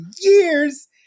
years